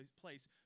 place